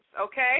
okay